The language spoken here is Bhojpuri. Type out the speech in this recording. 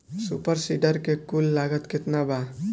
सुपर सीडर के कुल लागत केतना बा?